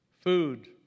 Food